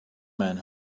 man